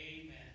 Amen